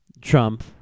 Trump